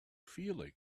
feeling